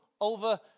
over